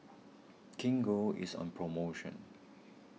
Gingko is on promotion